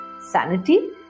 sanity